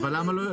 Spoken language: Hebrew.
אבל למה לא?